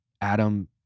Adam